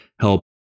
help